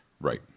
right